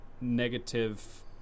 negative